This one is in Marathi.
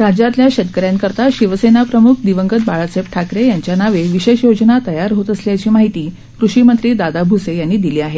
राज्यातल्या शेतकऱ्यांकरता शिवसेना प्रम्ख दिवंगत बाळासाहेब ठाकरे यांच्या नावे विशेष योजना तयार होत असल्याची माहिती कृषी मंत्री दादा भूसे यांनी दिली आहे